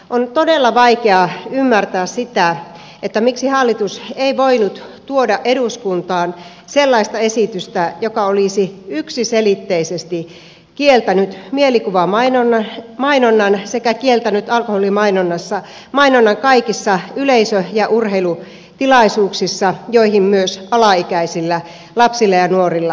on todella vaikeaa ymmärtää sitä miksi hallitus ei voinut tuoda eduskuntaan sellaista esitystä joka olisi yksiselitteisesti kieltänyt mielikuvamainonnan sekä kieltänyt alkoholimainonnan kaikissa yleisö ja urheilutilaisuuksissa joihin myös alaikäisillä lapsilla ja nuorilla on pääsy